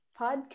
podcast